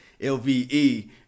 lve